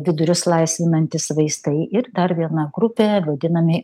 vidurius laisvinantys vaistai ir dar viena grupė vadinami